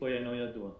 הסיכון אינו ידוע.